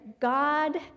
God